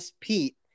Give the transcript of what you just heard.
Pete